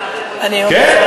כן, אני יכול להסכים.